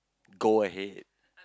go ahead